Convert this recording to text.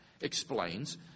explains